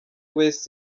west